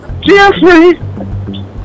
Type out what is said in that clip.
Jeffrey